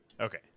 Okay